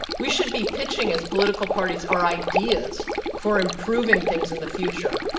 we should be pitching, as political parties, our ideas for improving things in the future,